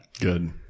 Good